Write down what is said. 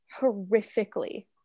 horrifically